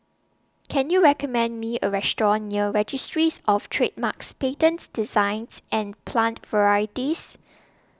Can YOU recommend Me A Restaurant near Registries of Trademarks Patents Designs and Plant Varieties